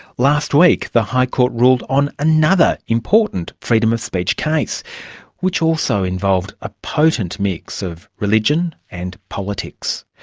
last week the high court ruled on another important freedom of speech case which also involved a potent mix of religion and politics.